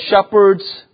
shepherds